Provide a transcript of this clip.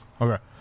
okay